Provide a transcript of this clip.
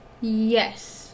Yes